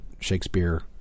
Shakespeare